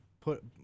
put